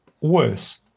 worse